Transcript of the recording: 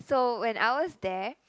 so when I was there